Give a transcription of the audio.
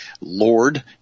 lord